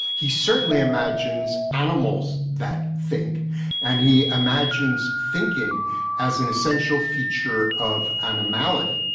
he certainly imagines animals that think and he imagines thinking as an essential feature of animality.